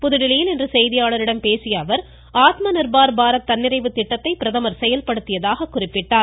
புதுதில்லியில் இன்று செய்தியாளர்களிடம் பேசிய அவர் ஆத்ம நிர்பார் பாரத் தன்னிறைவு திட்டத்தை பிரதமர் செயல்படுத்தியதாக குறிப்பிட்டார்